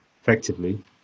effectively